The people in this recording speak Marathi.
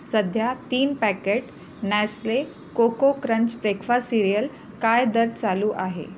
सध्या तीन packet Nestle cocoa crunch breakfast cereal काय दर चालू आहे